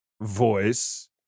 voice